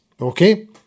okay